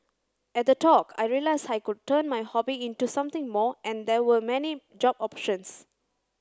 at the talk I realised I could turn my hobby into something more and there were many job options